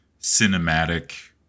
cinematic